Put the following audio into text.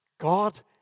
God